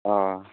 अ